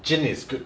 gin is good